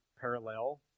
parallel